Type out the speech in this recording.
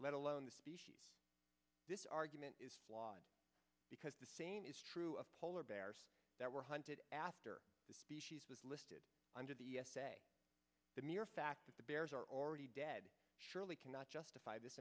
let alone the species this argument is flawed because the same is true of polar bears that were hunted after the species was listed under the essay the mere fact that the bears are already dead surely cannot justify this